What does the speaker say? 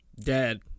Dead